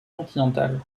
continental